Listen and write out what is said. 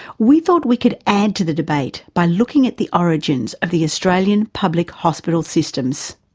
we thought we could add to the debate by looking at the origins of the australian public hospital systems.